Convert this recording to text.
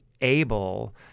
able